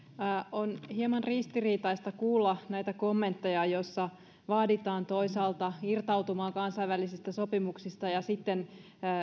on hieman ristiriitaista kuulla näitä kommentteja joissa toisaalta vaaditaan irtautumaan kansainvälisistä sopimuksista ja sitten